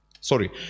sorry